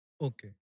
Okay